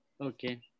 Okay